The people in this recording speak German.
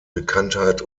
bekanntheit